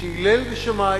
כשל הלל ושמאי,